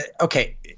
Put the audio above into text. Okay